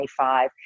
25